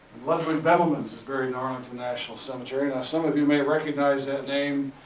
ludwig bemelmans is buried arlington national cemetery. now, some of you may recognize that name.